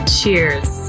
Cheers